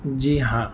جی ہاں